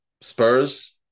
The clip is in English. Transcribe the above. Spurs